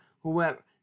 whoever